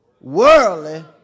worldly